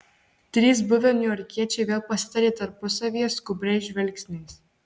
trys buvę niujorkiečiai vėl pasitarė tarpusavyje skubriais žvilgsniais